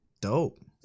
Dope